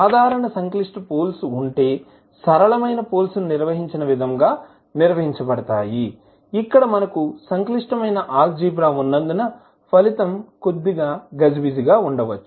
సాధారణ సంక్లిష్ట పోల్స్ లు ఉంటే సరళమైన రియల్ పోల్స్ ను నిర్వహించిన విధంగా నిర్వహించబడతాయి ఇక్కడ మనకు సంక్లిష్టమైన ఆల్జీబ్రా ఉన్నందున ఫలితం కొద్దిగా గజిబిజిగా ఉండవచ్చు